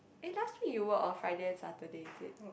eh last week you work on Friday and Saturday is it